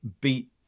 beat